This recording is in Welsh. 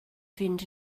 fynd